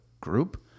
group